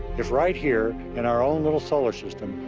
if right here, in our own little solar system,